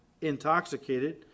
intoxicated